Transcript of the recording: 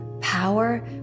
power